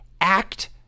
act